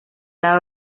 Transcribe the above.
lado